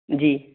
जी